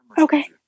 okay